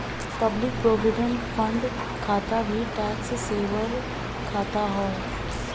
public provident fund खाता भी tax saver खाता हौ